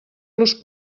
los